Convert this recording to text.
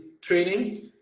training